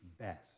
best